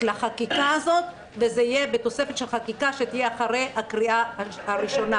לחקיקה הזאת וזה יהיה בתוספת של חקיקה שתהיה אחרי הקריאה הראשונה.